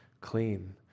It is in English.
clean